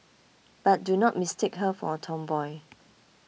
but do not mistake her for a tomboy